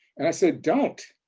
and i said, don't.